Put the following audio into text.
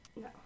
No